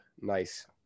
nice